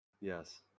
Yes